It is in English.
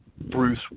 Bruce